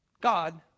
God